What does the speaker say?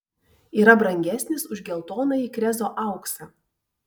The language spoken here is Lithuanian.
yra brangesnis už geltonąjį krezo auksą